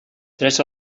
tres